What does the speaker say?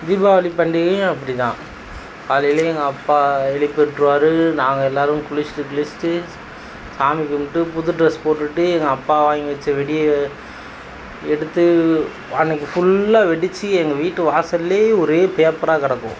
தீபாவளி பண்டிகையும் அப்படிதான் காலையிலே எங்கள் அப்பா எழுப்பிவிட்ருவாரு நாங்கள் எல்லோரும் குளிச்சுட்டு கிளிச்சிட்டு சாமி கும்பிட்டு புது டிரெஸ் போட்டுகிட்டு எங்கள் அப்பா வாங்கிவச்ச வெடியை எடுத்து அன்றைக்கு ஃபுல்லா வெடித்து எங்கள் வீட்டு வாசல்லே ஒரே பேப்பராக கிடக்கும்